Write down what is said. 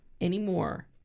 anymore